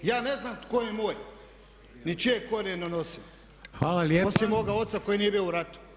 Ja ne znam tko je moj, ni čije korijene nosim osim moga oca koji nije bio u ratu.